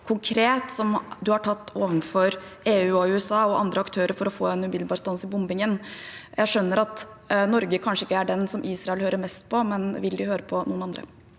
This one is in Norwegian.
han har tatt overfor EU og USA og andre aktører for å få en umiddelbar stans i bombingen. Jeg skjønner at Norge kanskje ikke er den som Israel hører mest på, men vil de høre på noen andre?